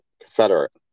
Confederate